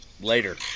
later